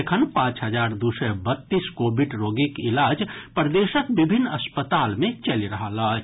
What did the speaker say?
एखन पांच हजार दू सय बत्तीस कोविड रोगीक इलाज प्रदेशक विभिन्न अस्पताल मे चलि रहल अछि